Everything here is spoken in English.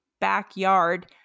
backyard